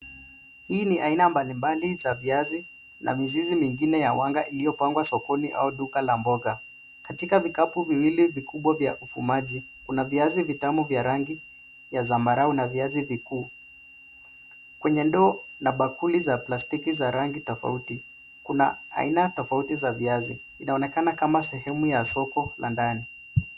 Hii ni aina mbalimbali za viazi na mizizi mingine ya wanga iliyopangwa sokoni au duka la mboga. Katika vikapu viwili vikubwa vya ufumaji, kuna viazi vitamu vya rangi ya zambarau na viazi vikuu. Kwenye ndoo na bakuli za plastiki za rangi tofauti, kuna aina tofauti za viazi. Inaonekana kama sehemu ya soko la ndani.